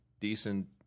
decent